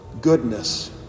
goodness